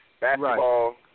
basketball